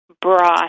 broth